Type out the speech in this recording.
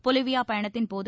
Bolivia பயணத்தின்போது